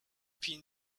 pin